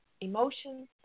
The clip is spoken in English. emotions